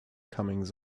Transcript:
comings